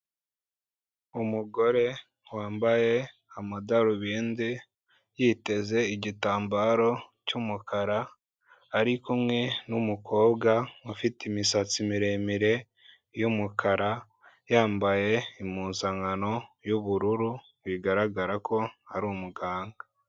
Umugore wambaye amadarubindi, yiteze igitambaro cy'umukara, ari kumwe n'umukobwa, ufite imisatsi miremire y'umukara, yambaye impuzankano y'ubururu, bigaragara ko ari umuganga.